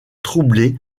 troublée